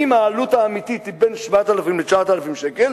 אם העלות האמיתית היא בין 7,000 ל-9,000 שקל,